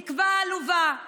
תקווה עלובה,